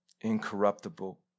incorruptible